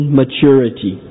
maturity